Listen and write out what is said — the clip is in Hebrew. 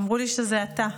אמרו לי שזה אתה.